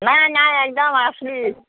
নাই নাই একদম আচলি